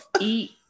eat